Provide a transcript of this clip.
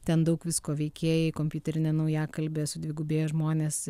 ten daug visko veikėjai kompiuterinė naujakalbė sudvigubėja žmonės